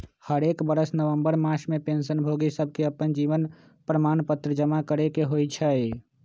हरेक बरस नवंबर मास में पेंशन भोगि सभके अप्पन जीवन प्रमाण पत्र जमा करेके होइ छइ